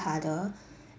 harder